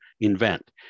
invent